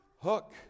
Hook